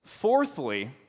Fourthly